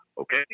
Okay